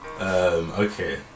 okay